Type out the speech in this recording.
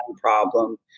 problem